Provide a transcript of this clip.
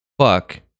Fuck